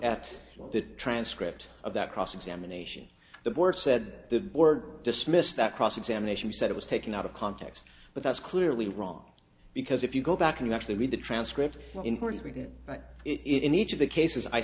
at the transcript of that cross examination the board said the word dismissed that cross examination you said it was taken out of context but that's clearly wrong because if you go back and actually read the transcript in course we did it in each of the cases i